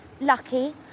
lucky